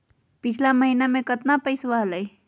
पिछला महीना मे कतना पैसवा हलय?